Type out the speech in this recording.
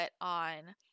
on